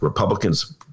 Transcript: Republicans